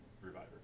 reviver